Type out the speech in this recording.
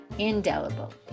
indelible